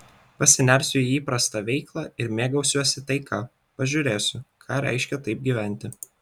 pasinersiu į įprastą veiklą ir mėgausiuosi taika pažiūrėsiu ką reiškia taip gyventi